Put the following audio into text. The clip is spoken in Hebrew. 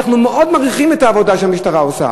אנחנו מאוד מעריכים את העבודה שהמשטרה עושה.